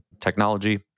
technology